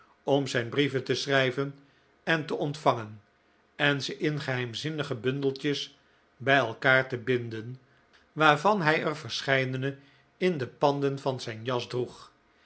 om zijn brieven te schrijven en te ontvangen en ze in geheimzinnige bundeltjes bij elkaar te binden waarvan hij er verscheidene in de panden van zijn jas droeg